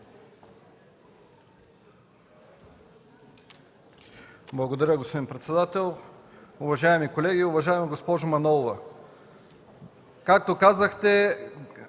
Благодаря, господин председател. Уважаеми колеги! Уважаема госпожо Манолова, както казахте,